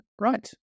Right